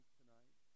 tonight